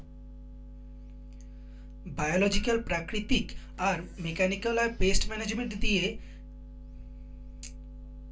biological প্রাকৃতিক আর মেকানিক্যালয় পেস্ট মানাজমেন্ট দিয়ে পেস্ট এট্যাক কন্ট্রল করাঙ হউ